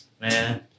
Man